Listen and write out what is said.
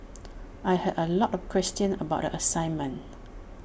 I had A lot of questions about the assignment